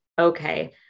okay